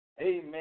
amen